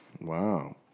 Wow